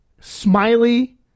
Smiley